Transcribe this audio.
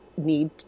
Need